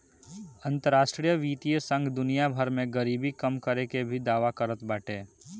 अंतरराष्ट्रीय वित्तीय संघ दुनिया भर में गरीबी कम करे के भी दावा करत बाटे